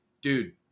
dude